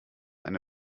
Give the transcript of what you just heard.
eine